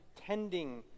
tending